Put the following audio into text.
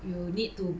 you need to